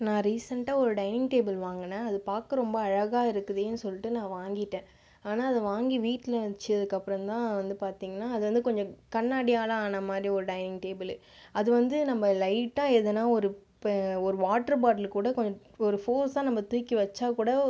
நான் ரீசண்ட்டாக ஒரு டைனிங் டேபிள் வாங்கினேன் அது பார்க்க ரொம்ப அழகாக இருக்குதேனு சொல்லிட்டு நான் வாங்கிவிட்டேன் ஆனால் அதை வாங்கி வீட்டில் வைச்சதுக்கப்புறம் தான் வந்து பார்த்தீங்கனா அது வந்து கொஞ்சம் கண்ணாடியால் ஆன மாதிரி ஒரு டைனிங் டேபிளு அது வந்து நம்ம லைட்டாக எதனால் ஒரு இப்போ ஒரு வாட்டர் பாட்டல் கூட கொஞ்சம் ஒரு ஃபோர்ஸாக நம்ம தூக்கி வைச்சா கூட